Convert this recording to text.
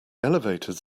elevators